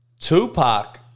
Tupac